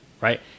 right